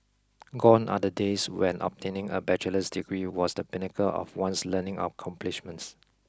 gone are the days when obtaining a bachelor's degree was the pinnacle of one's learning accomplishments